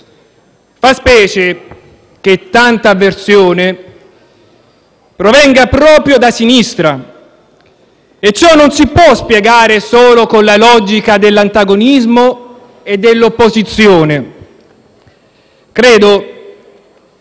Fa specie che tanta avversione provenga proprio da sinistra e ciò non si può spiegare solo con la logica dell'antagonismo e dell'opposizione. Credo